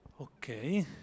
Okay